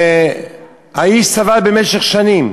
והאיש סבל במשך שנים,